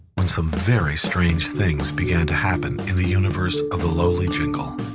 when some very strange things began to happen in the universe of the lowly jingle